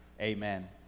Amen